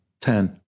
Ten